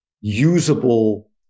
usable